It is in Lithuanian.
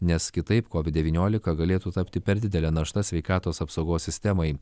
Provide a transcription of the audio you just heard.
nes kitaip covid devyniolika galėtų tapti per didele našta sveikatos apsaugos sistemai